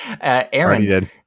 Aaron